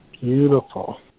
Beautiful